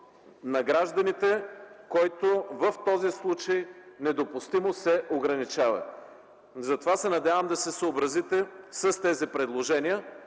на гражданите, който в този случай недопустимо се ограничава. Затова се надявам да се съобразите с тези предложения